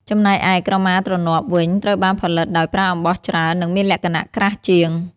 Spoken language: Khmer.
ចំណែកឯ ក្រមាទ្រនាប់ វិញ ត្រូវបានផលិតដោយប្រើអំបោះច្រើន និងមានលក្ខណៈក្រាស់ជាង។